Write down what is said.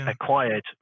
acquired